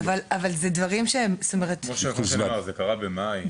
זה קרה במאי.